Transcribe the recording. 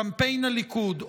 קמפיין הליכוד,